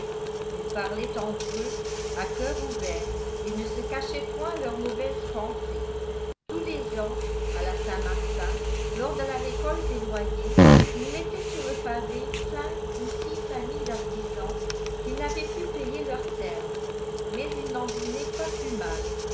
ils parlaient entre eux à coeur ouvert et ne se cachaient point leurs mauvaises pensées tous les ans à la saint-martin lors de la récolte des loyers ils mettaient sur le pavé cinq ou six familles d'artisans qui n'avaient pu payer leur terme mais ils n'en dînaient pas plus mal